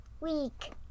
week